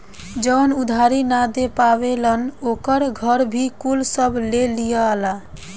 जवन उधारी ना दे पावेलन ओकर घर भी कुल सब ले लियाला